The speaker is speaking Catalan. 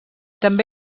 també